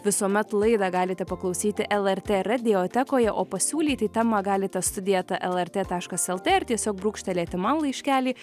visuomet laidą galite paklausyti lrt radiotekoje o pasiūlyti temą galite studija eta lrt taškas lt ar tiesiog brūkštelėti man laiškelį